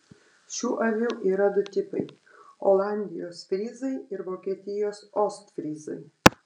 šių avių yra du tipai olandijos fryzai ir vokietijos ostfryzai